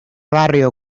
barrio